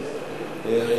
אפשר